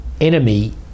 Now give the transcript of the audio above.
enemy